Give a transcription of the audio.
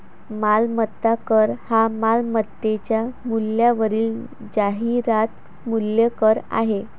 मालमत्ता कर हा मालमत्तेच्या मूल्यावरील जाहिरात मूल्य कर आहे